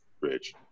Rich